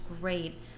great